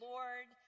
Lord